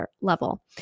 level